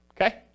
okay